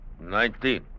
Nineteen